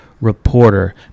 reporter